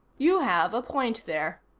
you have a point there,